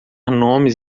nomes